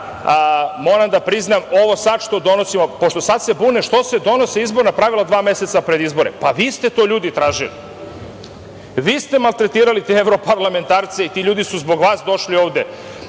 moram da priznam, ovo sada što donosimo, pošto se bune što se donose izborna pravila dva meseca pred izbore, pa vi ste to tražili. Vi ste maltretirali te evroparlamentarace i ti ljudi su zbog vas došli ovde.